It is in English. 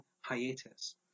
hiatus